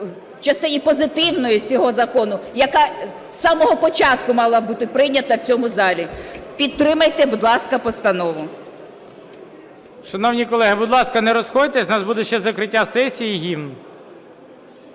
частині позитивної цього закону, яка з самого початку мала бути прийнята в цьому залі. Підтримайте, будь ласка, постанову. ГОЛОВУЮЧИЙ. Шановні колеги, будь ласка, не розходьтесь, у нас буде ще закриття сесії і гімн.